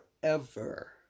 forever